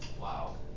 Wow